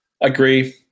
agree